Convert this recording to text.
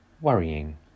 Worrying